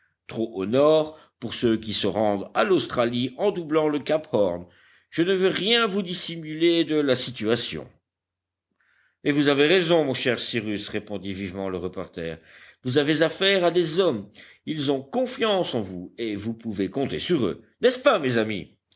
trop au nord pour ceux qui se rendent à l'australie en doublant le cap horn je ne veux rien vous dissimuler de la situation et vous avez raison mon cher cyrus répondit vivement le reporter vous avez affaire à des hommes ils ont confiance en vous et vous pouvez compter sur eux n'est-ce pas mes amis